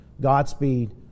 Godspeed